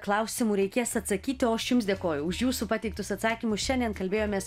klausimų reikės atsakyti o aš jums dėkoju už jūsų pateiktus atsakymus šiandien kalbėjomės